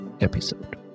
episode